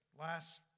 last